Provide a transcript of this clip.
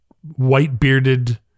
white-bearded